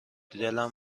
دلم